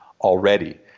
already